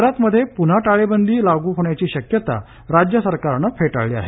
गुजरातमध्ये पुन्हा टाळेबंदी लागू होण्याची शक्यता राज्य सरकारनं फेटाळली आहे